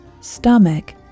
stomach